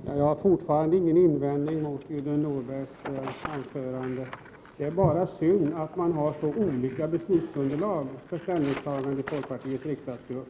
Fru talman! Jag har fortfarande ingen invändning mot Gudrun Norbergs anförande. Det är bara synd att man har så olika beslutsunderlag för ställningstagande i folkpartiets riksdagsgrupp.